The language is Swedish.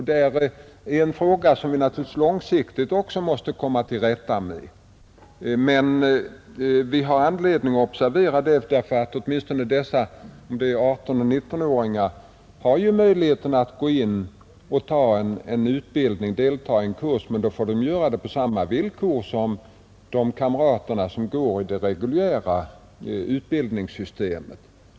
Detta är en fråga som vi också långsiktigt måste komma till rätta med. Vi har anledning att observera det, därför att åtminstone 18—19-åringar har möjlighet att delta i en kurs, men då får de göra det på samma villkor som de kamrater som studerar enligt det reguljära utbildningssystemet.